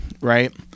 right